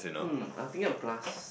um I'm thinking of plus